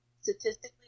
Statistically